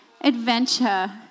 adventure